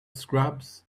scrubs